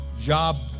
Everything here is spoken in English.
job